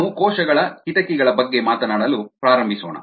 ನಾವು ಕೋಶಗಳ ಕಿಟಕಿಗಳ ಬಗ್ಗೆ ಮಾತನಾಡಲು ಪ್ರಾರಂಭಿಸೋಣ